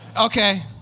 Okay